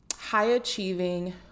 high-achieving